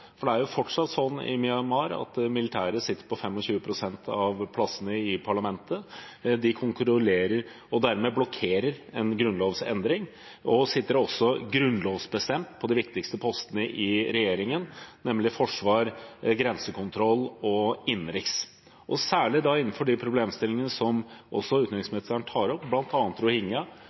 Det er jo fortsatt slik i Myanmar at de militære sitter på 25 pst. av plassene i parlamentet. De kontrollerer og blokkerer dermed en grunnlovsendring og sitter grunnlovsbestemt på de viktigste postene i regjeringen, nemlig forsvars-, grensekontroll- og innenriksposten. Særlig innenfor de problemstillingene som også utenriksministeren tar opp, bl.a. med hensyn til rohingya,